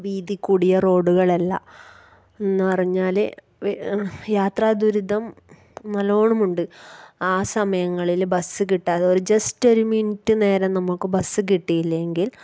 വീതി കൂടിയ റോഡുകളല്ല എന്ന് പറഞ്ഞാല് യാത്ര ദുരിതം നല്ലോണമുണ്ട് ആ സമയങ്ങളില് ബസ്സ് കിട്ടാതെ ഒരു ജസ്റ്റൊരു മിന്റ്റ് നേരം നമുക്ക് ബസ്സ് കിട്ടിയില്ലെങ്കിൽ